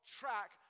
track